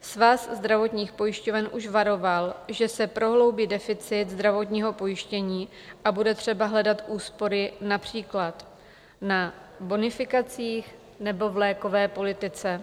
Svaz zdravotních pojišťoven už varoval, že se prohloubí deficit zdravotního pojištění a bude třeba hledat úspory například na bonifikacích nebo v lékové politice.